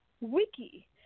Wiki